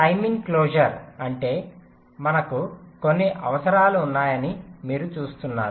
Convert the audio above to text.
timing closure అంటే మనకు కొన్ని అవసరాలు ఉన్నాయని మీరు చూస్తున్నారు